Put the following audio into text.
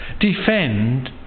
defend